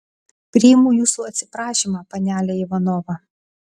priimu jūsų atsiprašymą panele ivanova